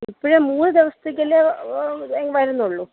ഇപ്പോഴ് മൂന്നുദിവസത്തേക്കല്ലേ വരുന്നുള്ളൂ